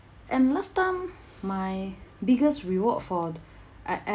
and last time my biggest reward for I I